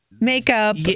makeup